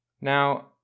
Now